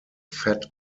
fat